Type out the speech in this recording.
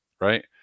Right